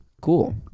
Cool